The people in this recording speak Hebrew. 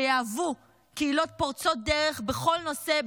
שיהוו קהילות פורצות דרך בכל נושא,